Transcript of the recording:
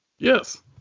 Yes